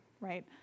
right